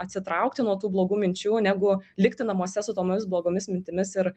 atsitraukti nuo tų blogų minčių negu likti namuose su tomis blogomis mintimis ir